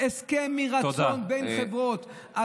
הסכם מרצון בין חברות.